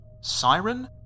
siren